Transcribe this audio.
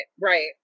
right